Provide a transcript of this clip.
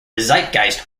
zeitgeist